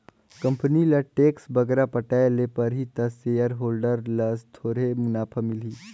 company ल tax बगरा पटाए ले परही ता सेयर होल्डर ल थोरहें मुनाफा मिलही